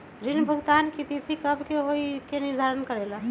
ऋण भुगतान की तिथि कव के होई इ के निर्धारित करेला?